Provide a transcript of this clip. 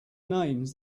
names